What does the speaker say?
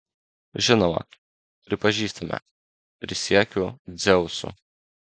žinoma pripažįstame prisiekiu dzeusu